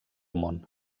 món